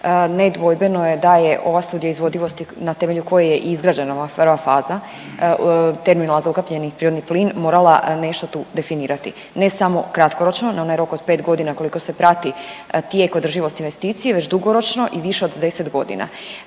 Nedvojbeno je da je ova studija izvodivosti na temelju koje je izgrađena ova prva faza, terminal za ukapljeni prirodni plin nešto tu definirati. Ne samo kratkoročno na onaj rok od 5 godina koliko se prati tijek održivosti investicije, već dugoročno i više od 10 godina.